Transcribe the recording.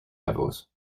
levels